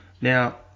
Now